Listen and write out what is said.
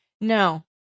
No